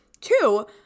two